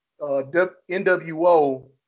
NWO